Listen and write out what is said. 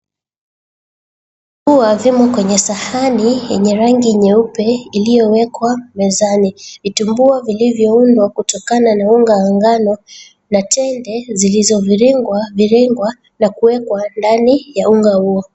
Vitumbua zimo kwenye sahani yenye rangi nyeupe iliyowekwa mezani. Vitumbua vilivyoundwa kutokana na unga wa ngano na tende zilizoviringwa na kuwekwa ndani ya unga huo.